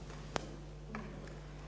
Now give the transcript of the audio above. Hvala